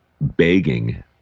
begging